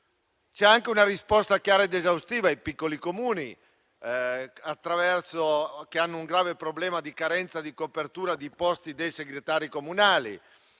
C'è anche una risposta chiara ed esaustiva ai piccoli Comuni che hanno un grave problema di carenza di copertura di posti dei segretari comunali.